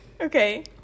Okay